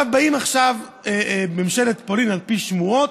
באים עכשיו בממשלת פולין, על פי שמועות,